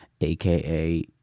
aka